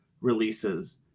releases